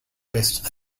best